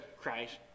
Christ